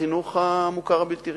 בחינוך המוכר הבלתי-רשמי.